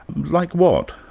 like what?